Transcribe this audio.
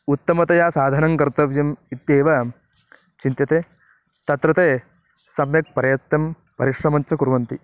उत्तमतया साधनङ्कर्तव्यम् इत्येव चिन्त्यते तत्र ते सम्यक् प्रयत्नं परिश्रमञ्च कुर्वन्ति